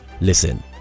Listen